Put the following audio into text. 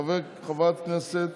חברת הכנסת